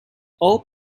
all